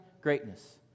greatness